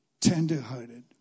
Tenderhearted